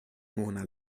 mona